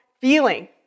feeling